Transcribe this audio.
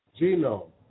genome